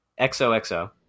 xoxo